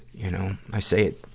you know, i say it,